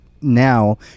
now